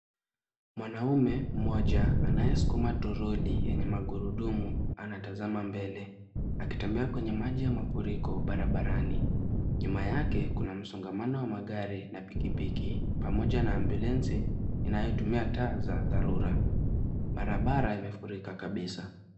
Mwanamume mmoja anayesukuma toroli yenye magurudumu anatazama mbele akitembea kwenye maji ya mafuriko barabarani. Nyuma yake kuna msongamano wa magari na pikipiki pamoja na ambulensi inayotumia taa za dharura. Barabara imefurika kabisa.